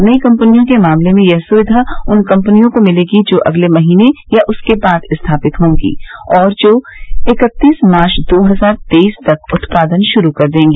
नई कंपनियों के मामले में यह सुविधा उन कंपनियों को मिलेगी जो अगले महीने या उसके बाद स्थापित होंगी और जो इक्कतीस मार्च दो हजार तेईस तक उत्पादन शुरू कर देंगी